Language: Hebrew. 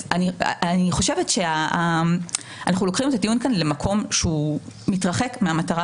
אני חושבת שאנחנו לוקחים את הטיעון כאן למקום שמתרחק מהמטרה